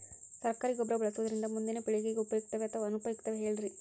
ಸರಕಾರಿ ಗೊಬ್ಬರ ಬಳಸುವುದರಿಂದ ಮುಂದಿನ ಪೇಳಿಗೆಗೆ ಉಪಯುಕ್ತವೇ ಅಥವಾ ಅನುಪಯುಕ್ತವೇ ಹೇಳಿರಿ